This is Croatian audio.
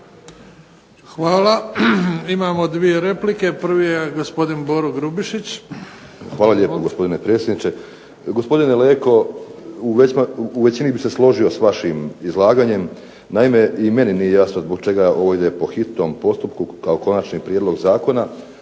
Hvala. Imamo dvije replike, prvi je gospodin Boro Grubišić. **Grubišić, Boro (HDSSB)** Hvala lijepo gospodine predsjedniče. Gospodine Leko u većini bih se složio s vašim izlaganjem, međutim, i meni nije jasno zbog čega ovo ide po hitnom postupku kao Konačni prijedlog zakona,